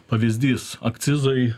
pavyzdys akcizai